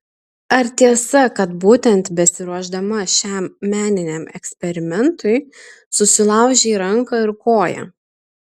ar tiesa kad būtent besiruošdama šiam meniniam eksperimentui susilaužei ranką ir koją